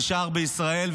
נשאר בישראל,